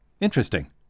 Interesting